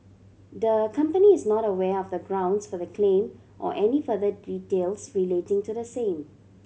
the company is not aware of the grounds for the claim or any further details relating to the same